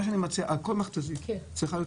מה שאני מציע, על כל מכת"זית צריכה להיות